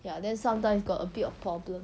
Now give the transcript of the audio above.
ya then sometimes got a bit of problem